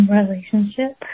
relationship